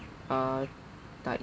uh like